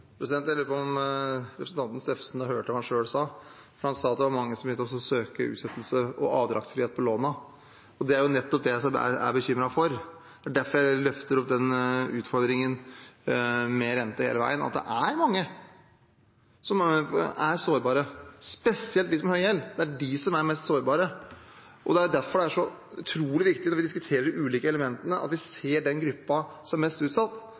på om representanten Steffensen hørte hva han selv sa. Han sa at det er mange som har begynt å søke om utsettelse og avdragsfrihet på lån. Det er nettopp det jeg er bekymret for. Det er derfor jeg løfter opp utfordringen med rente hele veien, fordi det er mange som er sårbare, spesielt de som har høy gjeld, det er de som er mest sårbare. Derfor er det så utrolig viktig når vi diskuterer de ulike elementene, at vi ser den gruppen som er mest utsatt.